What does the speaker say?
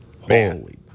Holy